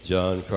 John